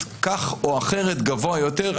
כך או אחרת גבוה יותר,